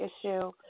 issue